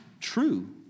true